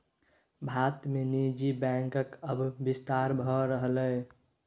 भारत मे निजी बैंकक आब बिस्तार भए रहलैए